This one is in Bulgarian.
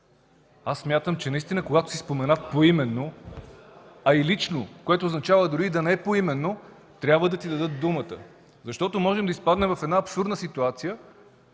Аз смятам, че когато си споменат поименно, а и лично, което означава дори и да не е поименно, трябва да ти дадат думата, защото можем да изпаднем в абсурдна ситуация